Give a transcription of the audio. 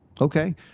Okay